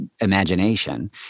imagination